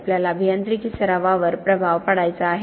आपल्याला अभियांत्रिकी सरावावर प्रभाव पाडायचा आहे